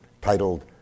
titled